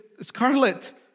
scarlet